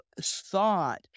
thought